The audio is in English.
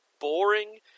boring